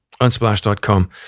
Unsplash.com